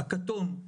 הכתום.